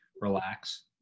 relax